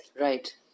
Right